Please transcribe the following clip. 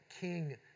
king